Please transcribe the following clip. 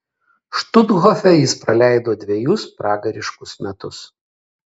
štuthofe jis praleido dvejus pragariškus metus